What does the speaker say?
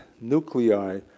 nuclei